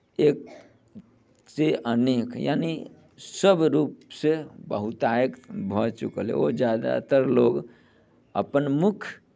एक से अनेक यानि सभ रूपसँ बहुतायत भऽ चुकल अछि ओ ज्यादातर लोक अपन मुख्य